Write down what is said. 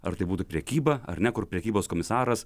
ar tai būtų prekyba ar ne kur prekybos komisaras